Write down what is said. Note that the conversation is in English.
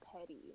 petty